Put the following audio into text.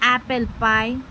apple pie